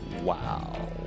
Wow